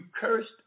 cursed